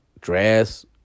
dress